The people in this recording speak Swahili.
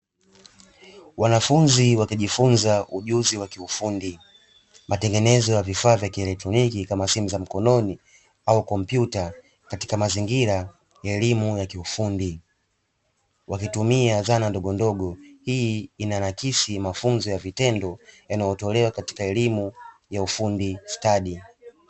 Wanafunzi wakijifunza ujuzi wa kiufundi matengenezo ya vifaa vya kielektroniki kama vile simu za mkononi au kompyuta, katika mazingira ya elimu ya kiufundi wakitumia zana ndogondogo. Hii inaakisi mafunzo ya vitendo yanayotolewa katika elimu ya ufundi stadi.